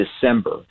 December